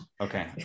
okay